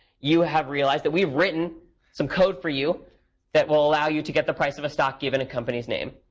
you have realized that we've written some code for you that will allow you to get the price of a stock, given a company's name.